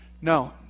No